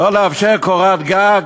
לא לאפשר קורת-גג?